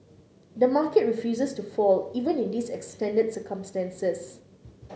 the market refuses to fall even in these extended circumstances